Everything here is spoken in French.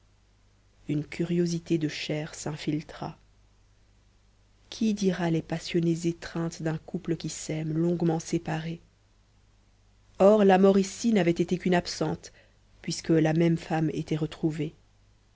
une curiosité de chair s'infiltra qui dira les passionnées étreintes d'un couple qui s'aime longuement séparé or la mort ici n'avait été qu'une absence puisque la même femme était retrouvée